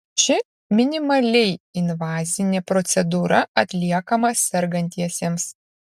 ši minimaliai invazinė procedūra atliekama sergantiesiems